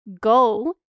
Go